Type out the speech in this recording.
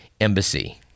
Embassy